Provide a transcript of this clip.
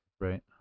Right